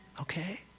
Okay